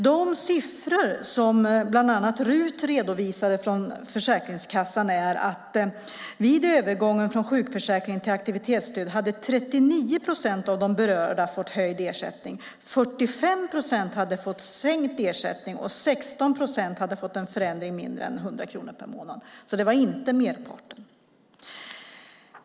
De siffror som bland annat RUT redovisade från Försäkringskassan visar att vid övergången från sjukförsäkring till aktivitetsstöd hade 39 procent av de berörda fått höjd ersättning, 45 procent hade fått sänkt ersättning och 16 procent hade fått en förändring med mindre än 100 kronor per månad. Det var alltså inte merparten.